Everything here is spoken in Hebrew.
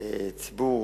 ציבור,